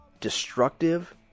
destructive